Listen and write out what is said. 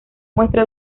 muestra